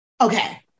Okay